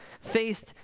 faced